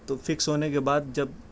تو فکس ہونے کے بعد جب